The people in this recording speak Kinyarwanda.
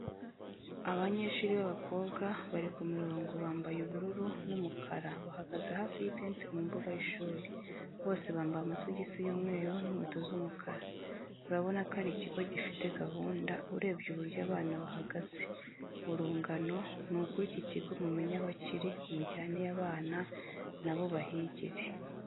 Abanyeshuri b'abakobwa bari ku mirongo bambaye ubururu n'umukara bahagaze hafi y'itente mu mbuga y'ishuri, bose bambaye amasogisi y'umweru n'inkweto zumukara, urabona ko ari ikigo gifite gahunda urebye uburyo abana bahagaze, urungano, nukuri iki kigo mumenye aho kiri mujyaneyo abana na bo bahigire.